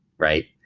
right?